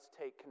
take